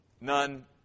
None